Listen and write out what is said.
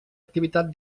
activitat